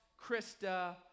Krista